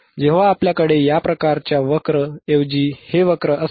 जेव्हा आपल्याकडे या प्रकारच्या वक्र ऐवजी हे वक्र असते